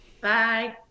Bye